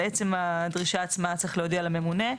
על הדרישה עצמה צריך להודיע לממונה.